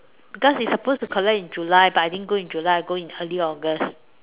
because it's supposed to collect in July but I didn't go in July I go in early August